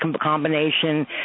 combination